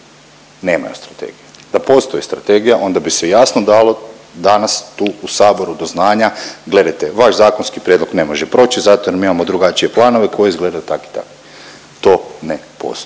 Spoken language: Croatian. Nema strategije, da postoji strategija onda bi se jasno dalo danas tu u saboru do znanja, gledajte vaš zakonski prijedlog ne može proći zato jer mi imamo drugačije planove koji izgledaju tak i tak, to ne postoji,